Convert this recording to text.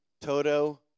Toto